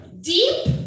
deep